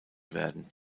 werden